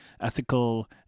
ethical